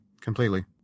completely